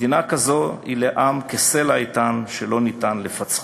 מדינה כזאת היא לעם כסלע איתן שלא ניתן לפצחו".